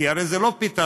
כי הרי זה לא פתרון.